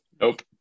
Nope